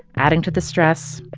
adding to the stress,